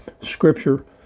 scripture